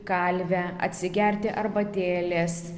kalvę atsigerti arbatėlės